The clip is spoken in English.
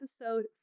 episode